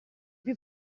più